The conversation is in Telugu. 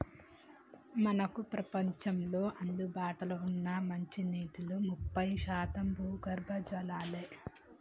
మనకు ప్రపంచంలో అందుబాటులో ఉన్న మంచినీటిలో ముప్పై శాతం భూగర్భ జలాలే